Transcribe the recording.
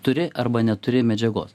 turi arba neturi medžiagos